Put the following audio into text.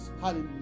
Hallelujah